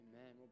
Amen